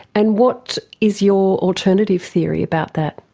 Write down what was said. and what is your alternative theory about that?